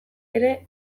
ere